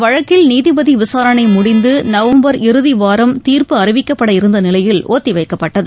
வழக்கில் நீதிபதி விசாரணை முடிந்து நவம்பர் இறுதி வாரம் கீர்ப்பு இந்த அறிவிக்கப்பட இருந்த நிலையில் ஒத்திவைக்கப்பட்டது